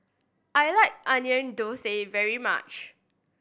I like Onion Thosai very much